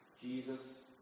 Jesus